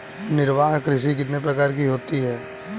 निर्वाह कृषि कितने प्रकार की होती हैं?